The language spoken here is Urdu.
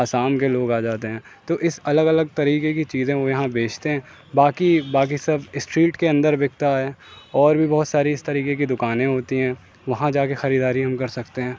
آسام کے لوگ آ جاتے ہیں تو اس الگ الگ طریقے کی چیزیں وہ یہاں بیچتے ہیں باقی باقی سب اسٹریٹ کے اندر بکتا ہے اور بھی بہت ساری اس طریقے کی دکانیں ہوتی ہیں وہاں جا کے خریداری ہم کر سکتے ہیں